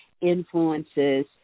influences